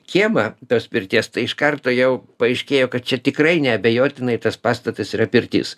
kiemą tos pirties tai iš karto jau paaiškėjo kad čia tikrai neabejotinai tas pastatas yra pirtis